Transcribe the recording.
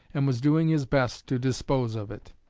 and was doing his best to dispose of it.